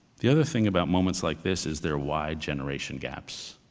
the other thing about moments like this is their wide generation gaps.